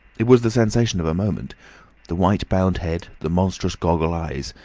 it was the sensation of a moment the white-bound head, the monstrous goggle eyes,